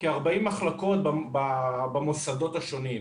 כ-40 מחלקות במוסדות השונים.